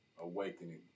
awakening